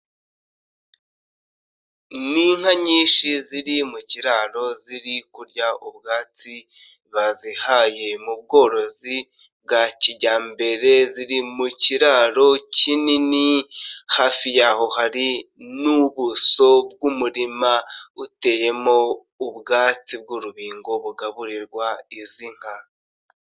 Ni inka nyinshi ziri mu kiraro ziri kurya ubwatsi bazihaye, mu bworozi bwa kijyambere ziri mu kiraro kinini, hafi yaho hari n'ubuso bw'umurima uteyemo ubwatsi bw'urubingo bugaburirwa izi nka.